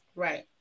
Right